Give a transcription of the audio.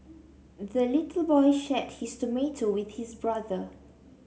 the little boy shared his tomato with his brother